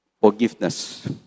forgiveness